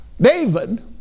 David